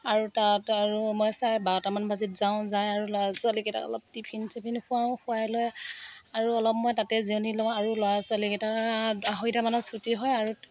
আৰু তাত আৰু মই চাৰে বাৰটা মান বাজিত যাওঁ যায় আৰু ল'ৰা ছোৱালীকেইটাক অলপ টিফিন চিফিন খোৱাওঁ খোৱাই লৈ আৰু অলপ মই তাতে জিৰণি লওঁ আৰু ল'ৰা ছোৱালীকেইটাৰ আঢ়ৈটা মানত ছুটী হয় আৰু